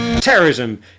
terrorism